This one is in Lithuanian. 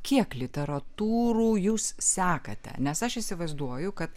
kiek literatūrų jūs sekate nes aš įsivaizduoju kad